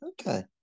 okay